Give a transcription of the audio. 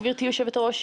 גברתי היושבת ראש,